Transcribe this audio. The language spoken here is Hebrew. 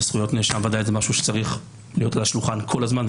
וזכויות נאשם זה ודאי משהו שצריך להיות על השולחן כל הזמן,